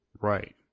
Right